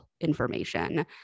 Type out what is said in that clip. information